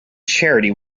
charity